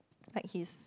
like his